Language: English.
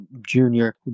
junior